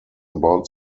about